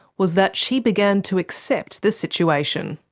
was that she began to accept the situation.